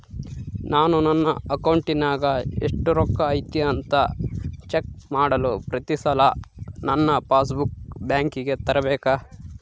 ನಾನು ನನ್ನ ಅಕೌಂಟಿನಾಗ ಎಷ್ಟು ರೊಕ್ಕ ಐತಿ ಅಂತಾ ಚೆಕ್ ಮಾಡಲು ಪ್ರತಿ ಸಲ ನನ್ನ ಪಾಸ್ ಬುಕ್ ಬ್ಯಾಂಕಿಗೆ ತರಲೆಬೇಕಾ?